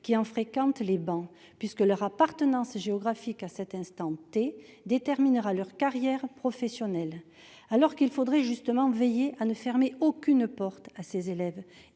qui en fréquentent les bancs, puisque leur appartenance géographique à cet instant déterminera leur carrière professionnelle. Alors qu'il faudrait, au contraire, veiller à ne fermer aucune porte à ces élèves,